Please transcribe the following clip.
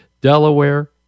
Delaware